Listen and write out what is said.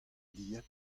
dilhad